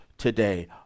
Today